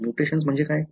mutation म्हणजे काय